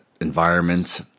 environment